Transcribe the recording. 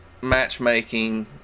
matchmaking